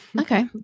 Okay